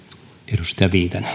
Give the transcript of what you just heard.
arvoisa